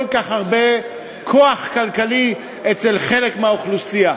כך הרבה כוח כלכלי אצל חלק מהאוכלוסייה,